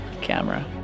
camera